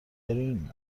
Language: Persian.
گرین